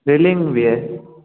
railing भी है